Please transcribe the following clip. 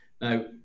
Now